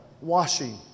washing